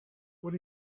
what